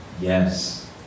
Yes